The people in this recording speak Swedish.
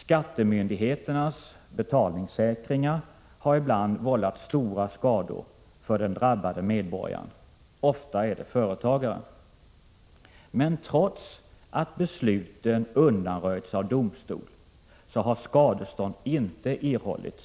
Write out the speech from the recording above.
Skattemyndigheternas betalningssäkringar har ibland vållat stora skador för den drabbade medborgaren — ofta en företagare — men trots att besluten undanröjts av domstol har skadestånd inte erhållits,